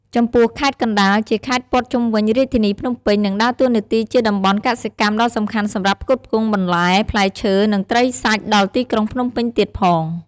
ចំពោះខេត្តកណ្ដាល ជាខេត្តព័ទ្ធជុំវិញរាជធានីភ្នំពេញ និងដើរតួនាទីជាតំបន់កសិកម្មដ៏សំខាន់សម្រាប់ផ្គត់ផ្គង់បន្លែ ផ្លែឈើ និងត្រីសាច់ដល់ទីក្រុងភ្នំពេញទៀតផង។